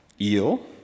eel